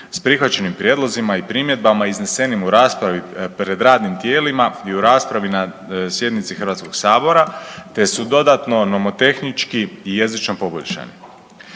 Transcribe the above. s prihvaćenim prijedlozima i primjedbama iznesenim u raspravi pred radnim tijelima i u raspravi na sjednici Hrvatskog sabora te su dodatno nomotehnički i jezično poboljšani.